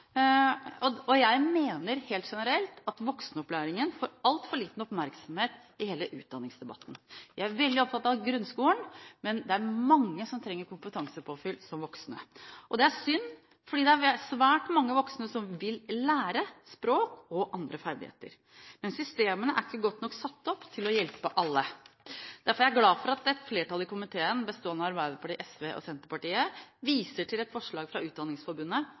mangler norskkunnskaper. Jeg mener rent generelt at voksenopplæringen får altfor liten oppmerksomhet i hele utdanningsdebatten. Vi er veldig opptatt av grunnskolen, men det er mange som trenger kompetansepåfyll som voksne. Dette er synd, for det er svært mange voksne som vil lære språk og andre ferdigheter, men systemene er ikke godt nok satt opp til å hjelpe alle. Derfor er jeg glad for at flertall i komiteen, bestående av Arbeiderpartiet, SV og Senterpartiet, viser til et forslag fra Utdanningsforbundet